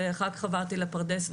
ואחר כך עברתי לפרדס,